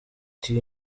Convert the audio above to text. uti